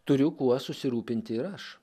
turiu kuo susirūpinti ir aš